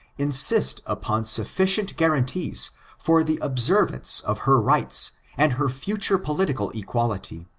insist upon sufficient guaranties for the observance of her rights and her future political equality,